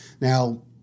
Now